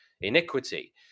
iniquity